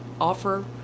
offer